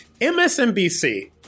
MSNBC